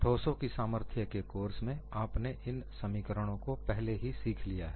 ठोसों की सामर्थ्य के कोर्स में आपने इन समीकरणों को पहले ही सीख लिया है